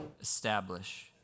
Establish